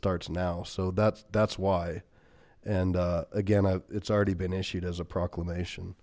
starts now so that's that's why and again it's already been issued as a proclamation